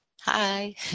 Hi